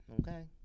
okay